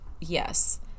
Yes